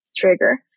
trigger